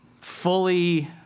fully